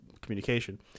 communication